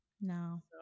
no